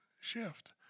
shift